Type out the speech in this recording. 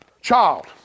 child